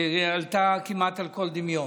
עלתה כמעט על כל דמיון.